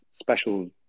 special